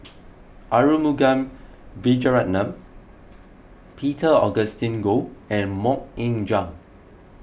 Arumugam Vijiaratnam Peter Augustine Goh and Mok Ying Jang